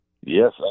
Yes